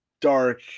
dark